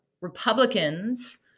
Republicans